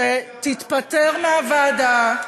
שתתפטר מהוועדה,